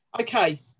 Okay